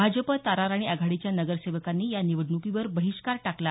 भाजप ताराराणी आघाडीच्या नगरसेवकांनी या निवडण्कीवर बहिष्कार टाकला